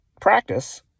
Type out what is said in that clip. practice